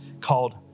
called